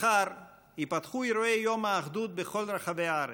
מחר ייפתחו אירועי יום האחדות בכל רחבי הארץ.